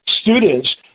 students